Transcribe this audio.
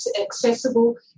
accessible